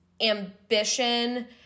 ambition